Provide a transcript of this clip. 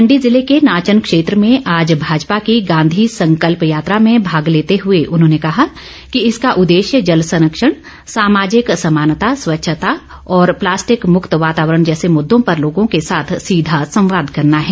मण्डी जिले के नाचन क्षेत्र में आज भाजपा की गांधी संकल्प यात्रा में भाग लेते हुए उन्होंने कहा कि इसका उद्देश्य जल संरक्षण सामाजिक समानता स्वच्छता और प्लास्टिक मुक्त वातावरण जैसे मुद्दों पर लोगों के साथ सीधा संवाद करना है